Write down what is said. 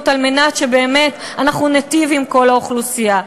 על מנת שבאמת ניטיב עם כל האוכלוסייה,